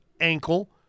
ankle